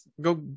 Go